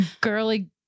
girly